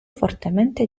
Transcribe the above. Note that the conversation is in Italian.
fortemente